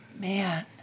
man